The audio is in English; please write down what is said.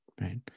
right